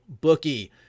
bookie